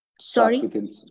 Sorry